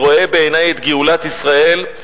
אני רואה בעיני את גאולת ישראל,